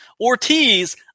Ortiz